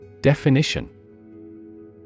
Definition